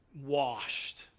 washed